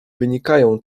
wynikają